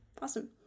Awesome